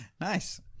Nice